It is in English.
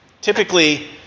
Typically